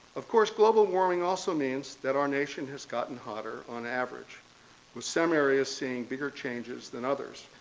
of course, global warming also means that our nation has gotten hotter on average with some areas seeing bigger changes than others.